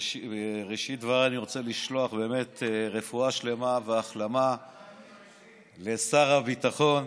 בראשית דבריי אני רוצה לשלוח רפואה שלמה והחלמה לשר הביטחון